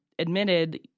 admitted